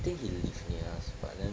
I think he lives near us but then